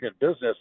business